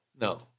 no